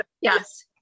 yes